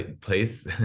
place